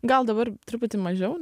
gal dabar truputį mažiau